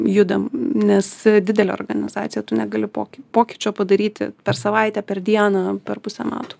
judam nes didelė organizacija tu negali poky pokyčio padaryti per savaitę per dieną per pusę metų